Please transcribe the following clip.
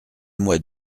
mois